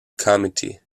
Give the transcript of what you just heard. committee